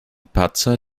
patzer